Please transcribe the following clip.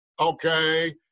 okay